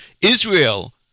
israel